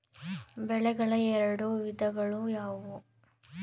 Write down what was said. ಬೆಳೆಗಳ ಎರಡು ವಿಧಗಳು ಯಾವುವು?